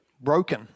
broken